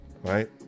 right